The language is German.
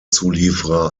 zulieferer